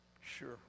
Sure